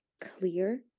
clear